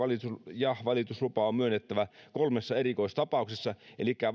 ja valituslupa on myönnettävä kolmessa erikoistapauksessa elikkä